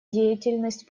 деятельность